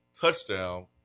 touchdown